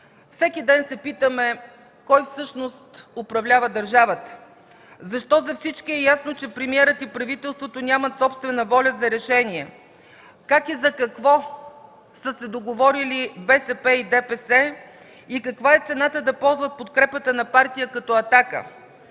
Всеки ден се питаме: кой всъщност управлява държавата? Защо за всички е ясно, че премиерът и правителството нямат собствена воля за решение? Как и за какво са се договорили БСП и ДПС и каква е цената да ползват подкрепата на Партия като „Атака”?!